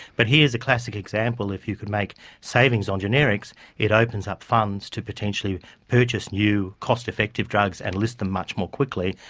but here's a classic example. if you could make savings on generics it opens up funds to potentially purchase new cost-effective drugs and list them much more quickly.